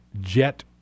jet